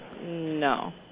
No